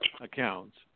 accounts